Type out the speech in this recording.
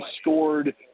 scored